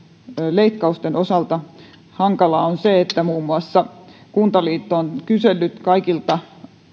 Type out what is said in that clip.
leikkausten osalta hankalaa on se että muun muassa kuntaliitto on kysellyt kaikilta